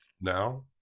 now